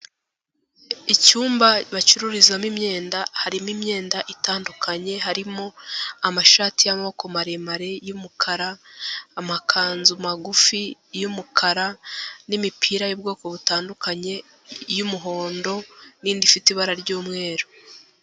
Icyumba bacururizamo imyenda harimo imyenda itandukanye harimo amashati y'amaboko maremare y'umukara amakanzu magufi y'umukara n'imipira y'ubwoko butandukanye y'umuhondo n'indi ifite ibara ry'umweru.